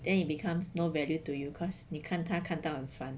then it becomes no value to you cause 你看他看到很烦